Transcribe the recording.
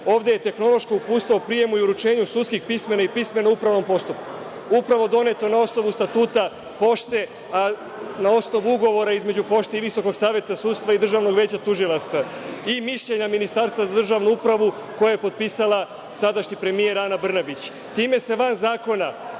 ovde je tehnološko Uputstvo o prijemu i uručenju sudskih, pismena i pismena u upravnom postupku, upravo doneto na osnovu Statuta pošte, a na osnovu ugovora između Pošte i VSS i Državnog veća tužilaca i mišljenja Ministarstva za državnu upravu, koje je potpisala sadašnji premijer Ana Brnabić. Time se van zakona